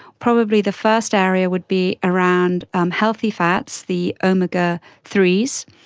probably the first area would be around healthy fats, the omega threes,